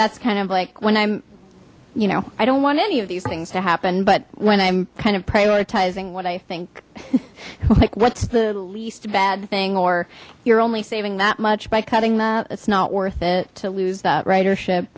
that's kind of like when i'm you know i don't want any of these things to happen but when i'm kind of prioritizing what i think like what's the least bad thing or you're only saving that much by cutting that it's not worth it to lose